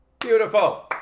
Beautiful